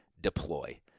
Deploy